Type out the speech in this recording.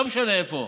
לא משנה איפה,